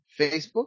facebook